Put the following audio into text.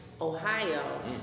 Ohio